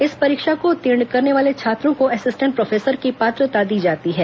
इस परीक्षा को उत्तीर्ण करने वाले छात्रों को असिस्टेंट प्रोफेसर की पात्रता दी जाती है